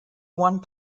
one